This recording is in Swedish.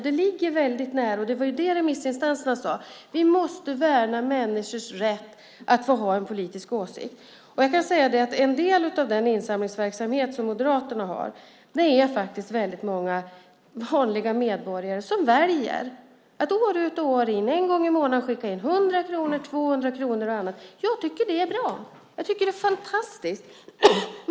Det var också det remissinstanserna sade: Vi måste värna människors rätt att ha en politisk åsikt. Jag kan säga att en del av den insamlingsverksamhet som Moderaterna har faktiskt består av väldigt många vanliga medborgare som år ut och år in väljer att en gång i månaden skicka in 100 kronor, 200 kronor eller något annat. Jag tycker att det är bra. Jag tycker att det är fantastiskt.